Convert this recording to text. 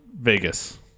Vegas